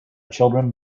children